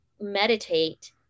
meditate